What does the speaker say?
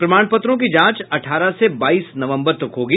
प्रमाण पत्रों की जांच अठारह से बाईस नवम्बर तक होगी